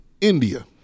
India